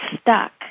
stuck